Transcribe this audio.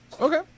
Okay